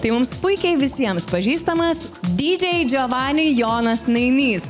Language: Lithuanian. tai mums puikiai visiems pažįstamas dj jovani jonas nainys